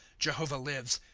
jehovah lives,